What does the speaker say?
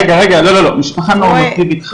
לא, רגע, רגע, משפחה נורמטיבית חרדית.